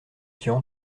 tian